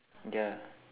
ya